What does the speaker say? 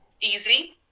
easy